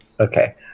Okay